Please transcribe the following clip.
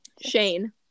Shane